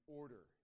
order